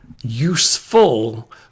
useful